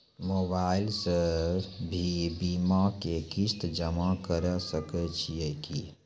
Mobile से भी बीमा के किस्त जमा करै सकैय छियै कि?